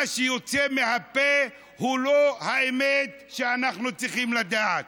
מה שיוצא מהפה הוא לא האמת שאנחנו צריכים לדעת.